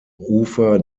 ufer